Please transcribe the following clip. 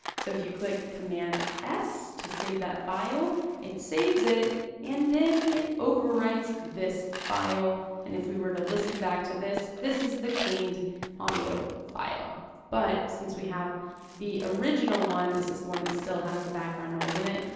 so if you click command s, to save that file it saves it and then it overwrites this file and if we were to listen back to this, this is the cleaned audio file. but, since we have the original one, this is the one that still has the background noise in it,